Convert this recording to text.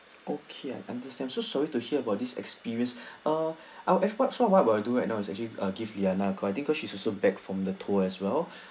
okay I understand so sorry to hear about this experience ah our efforts ah what I will do right now is actually give liana a call cause I think she's also back from the tour as well